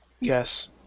Yes